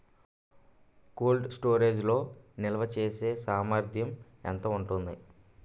Cold storage లో నిల్వచేసేసామర్థ్యం ఎంత ఉంటుంది?